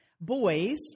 boys